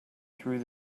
through